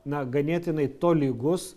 na ganėtinai tolygus